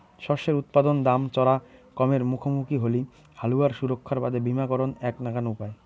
শস্যের উৎপাদন দাম চরা কমের মুখামুখি হলি হালুয়ার সুরক্ষার বাদে বীমাকরণ এ্যাক নাকান উপায়